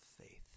faith